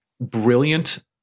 brilliant